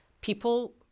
people